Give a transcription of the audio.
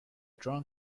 drunk